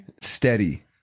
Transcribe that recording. Steady